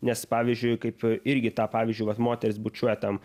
nes pavyzdžiui kaip irgi ta pavyzdžiui moteris bučiuoja tam